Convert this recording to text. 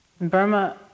Burma